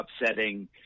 upsetting